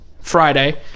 Friday